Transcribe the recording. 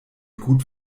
gut